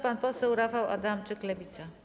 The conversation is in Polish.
Pan poseł Rafał Adamczyk, Lewica.